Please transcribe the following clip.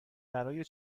برای